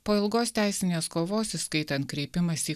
po ilgos teisinės kovos įskaitant kreipimąsi į